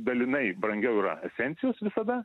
dalinai brangiau yra esencijos visada